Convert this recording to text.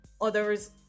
others